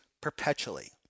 perpetually